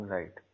Right